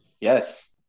Yes